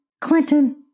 Clinton